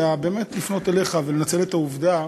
אלא באמת לפנות אליך ולנצל את העובדה